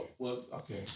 okay